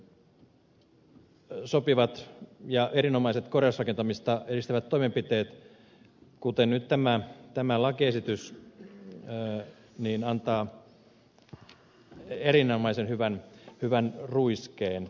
tässä suhdannetilanteessa sopivat ja erinomaiset korjausrakentamista edistävät toimenpiteet kuten nyt tämä lakiesitys antavat erinomaisen hyvän ruiskeen